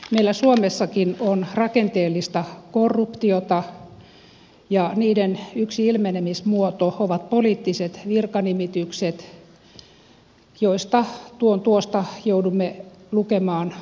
meillä suomessakin on rakenteellista korruptiota ja sen yksi ilmenemismuoto ovat poliittiset virkanimitykset joista tuon tuosta joudumme lukemaan uutisia